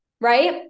Right